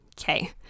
Okay